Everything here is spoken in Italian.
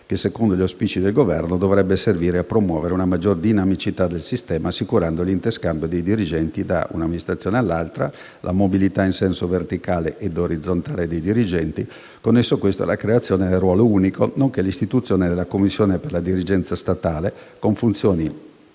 che, secondo gli auspici del Governo, dovrebbe servire a promuovere una maggiore dinamicità nel sistema assicurando l'interscambio dei dirigenti da un'amministrazione all'altra, la mobilità, in senso verticale ed orizzontale, dei dirigenti, connessa alla creazione del ruolo unico, nonché l'istituzione della Commissione per la dirigenza statale, con funzioni